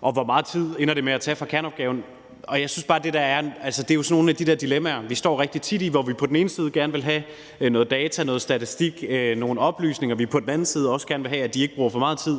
og hvor meget tid det ender med at tage fra kerneopgaven, og det er jo sådan nogle af de dilemmaer, vi står i rigtig tit, hvor vi på den ene side gerne vil have noget data, noget statistik og nogle oplysninger, og hvor vi på den anden side også gerne vil have, at de ikke bruger for meget tid